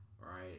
right